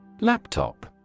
Laptop